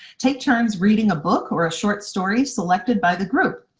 take turns reading a book or a short story selected by the group,